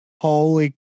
Holy